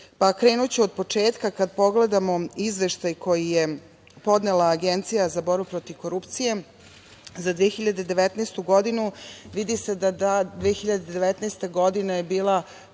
od početka. Kada pogledamo Izveštaj koji je podnela Agencija za borbu protiv korupcije za 2019. godinu, vidi se da 2019. godina je bila